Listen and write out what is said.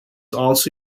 also